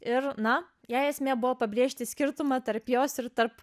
ir na jai esmė buvo pabrėžti skirtumą tarp jos ir tarp